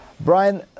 Brian